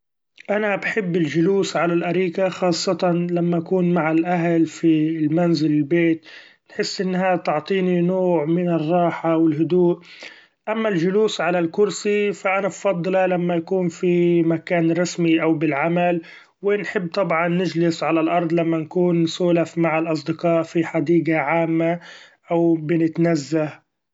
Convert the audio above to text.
أنا بحب الجلوس علي الأريكه خاصة لما اكون مع الأهل في المنزل البيت تحس إنها تعطيني نوع من الراحه و الهدوء ، أما الجلوس علي الكرسي ف أنا بفضله لما يكون في مكان رسمي أو بالعمل ، و نحب طبعا نجلس علي الأرض لما نكون نسولف مع الأصدقاء في حديقة عامة أو بنتنزه.